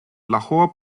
lahore